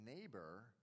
neighbor